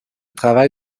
travail